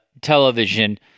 television